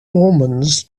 omens